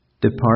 Depart